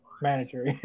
manager